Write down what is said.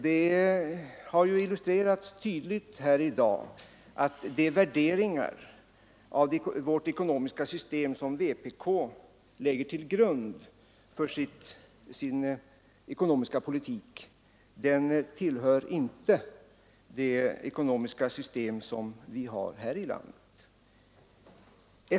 Det har illustrerats tydligt här i dag att de värderingar som vpk lägger till grund för sin ekonomiska politik inte är användbara med det ekonomiska system vi har här i landet.